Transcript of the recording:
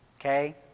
Okay